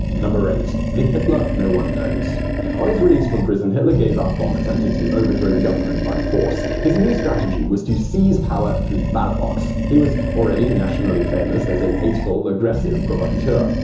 eight. the hitler no one knows on his release from prison hitler gave up on attempting to overthrow the government by force. his new strategy was to seize power through the ballot box. he was already nationally famous as a hateful, aggressive, provocateur.